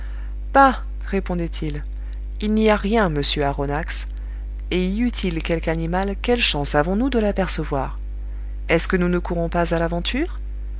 bah répondait-il il n'y a rien monsieur aronnax et y eût-il quelque animal quelle chance avons-nous de l'apercevoir est-ce que nous ne courons pas à l'aventure